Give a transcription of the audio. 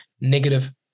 negative